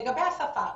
לגבי השפה.